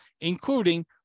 including